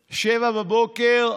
בבוקר,